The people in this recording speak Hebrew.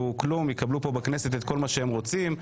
כלום ויקבלו פה בכנסת את מה שהם רוצים,